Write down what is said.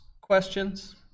questions